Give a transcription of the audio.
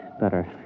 better